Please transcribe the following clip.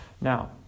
Now